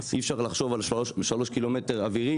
אי אפשר לחשוב על שלושה קילומטרים אווירי